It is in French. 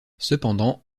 cependant